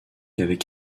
avec